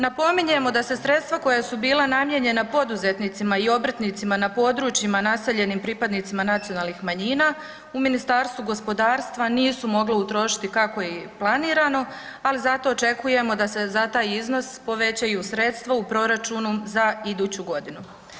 Napominjemo da se sredstva koja su bila namijenjena poduzetnicima i obrtnicima na područjima naseljenim pripadnicima nacionalnih manjina u Ministarstvu gospodarstvu nisu mogla utrošiti kako je i planirano, ali zato očekujemo da se za taj iznos povećaju sredstva u proračunu za iduću godinu.